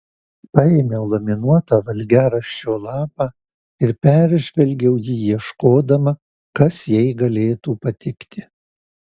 paėmiau laminuotą valgiaraščio lapą ir peržvelgiau jį ieškodama kas jai galėtų patikti